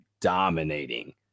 dominating